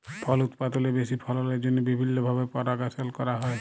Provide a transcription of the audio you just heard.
ফল উৎপাদলের বেশি ফললের জ্যনহে বিভিল্ল্য ভাবে পরপাগাশল ক্যরা হ্যয়